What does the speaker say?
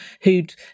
who'd